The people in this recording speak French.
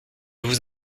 vous